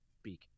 speak